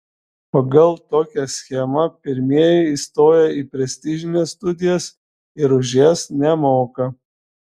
pagal tokią schemą pirmieji įstoja į prestižines studijas ir už jas nemoka